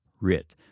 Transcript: writ